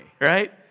right